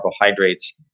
carbohydrates